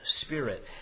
spirit